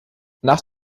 nach